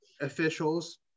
officials